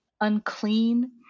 unclean